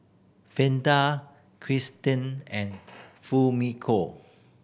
Freida Kirsten and Fumiko